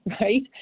right